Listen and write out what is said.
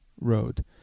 road